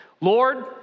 Lord